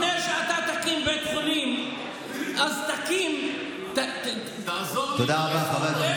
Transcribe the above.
לפני שאתה תקים בית חולים, תעזור לי עם הרפורמה.